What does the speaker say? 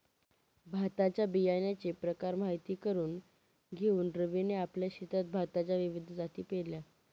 भाताच्या बियाण्याचे प्रकार माहित करून घेऊन रवीने आपल्या शेतात भाताच्या विविध जाती पेरल्या